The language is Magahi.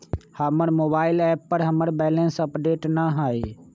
हमर मोबाइल एप पर हमर बैलेंस अपडेट न हई